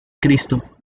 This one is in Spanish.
cristo